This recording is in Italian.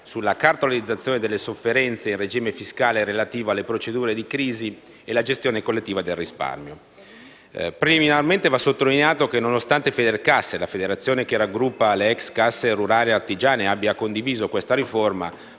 sulla cartolarizzazione delle sofferenze, il regime fiscale relativo alle procedure di crisi e la gestione collettiva del risparmio. Preliminarmente, va sottolineato che, nonostante Federcasse (la federazione che raggruppa le ex casse rurali e artigiane) abbia condiviso questa riforma,